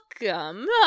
Welcome